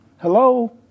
Hello